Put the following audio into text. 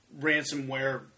ransomware